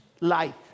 life